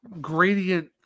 gradient